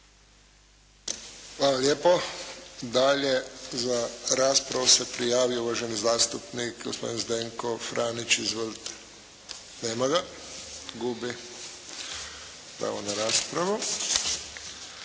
Hvala lijepo. Dalje za raspravu se prijavio uvaženi zastupnik gospodin Zdenko Franić. Izvolite. Nema ga. Gubi pravo na raspravu.